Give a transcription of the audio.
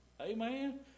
Amen